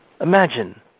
Imagine